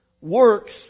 works